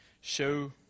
show